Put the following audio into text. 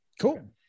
Cool